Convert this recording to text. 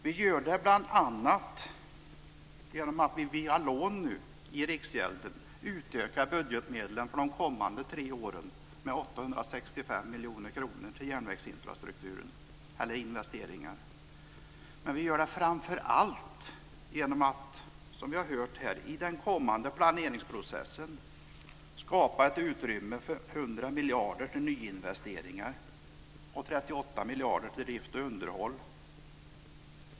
Vi gör det bl.a. genom att via lån i Riksgälden utöka budgetmedlen för de kommande tre åren med 865 miljoner till järnvägsinvesteringar. Men vi gör det framför allt genom att, som vi har hört här, i den kommande planeringsprocessen skapa ett utrymme på 100 miljarder till nyinvesteringar och 38 miljarder till drift och underhåll.